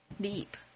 deep